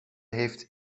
heeft